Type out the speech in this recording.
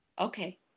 Okay